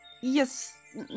Yes